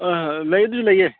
ꯑꯥ ꯂꯩ ꯑꯗꯨꯁꯨ ꯂꯩꯌꯦ